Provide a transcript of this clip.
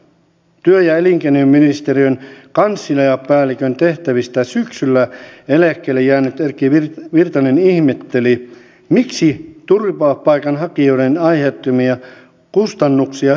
työ ja elinkeinoministeriön kansliapäällikön tehtävistä syksyllä eläkkeelle jäänyt erkki virtanen ihmetteli miksi turvapaikanhakijoiden aiheuttamia kustannuksia hyssytellään